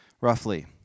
roughly